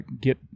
get